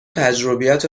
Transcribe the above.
تجربیات